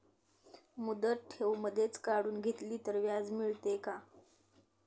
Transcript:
मुदत ठेव मधेच काढून घेतली तर व्याज मिळते का?